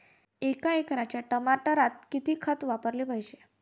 एका एकराच्या टमाटरात किती खत वापराले पायजे?